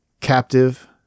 captive